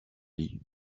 lit